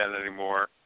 anymore